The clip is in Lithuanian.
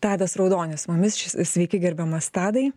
tadas raudonis su mumis sveiki gerbiamas tadai